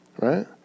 right